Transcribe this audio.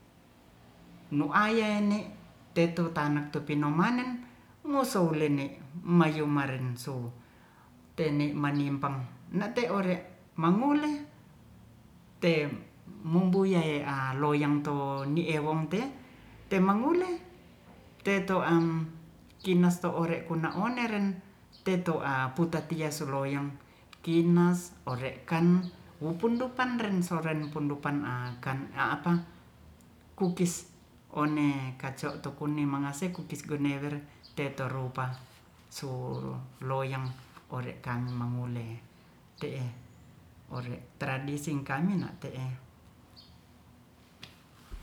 Nu aye ne teto pana tu pinomanen musu lene mayuma maren so tene manyimpang nate ore mamule te mumbuyei a loyang to nie wong te te mangule teto ang kinas to ore kona oneren teto a putatias loyang kinas ore kan wopun ren soren soren pundupan apa kukis one kaco tu kune mangase kukis gunewer tetorupa su loyang oore tango mangule te'e ore tradising kami na te'e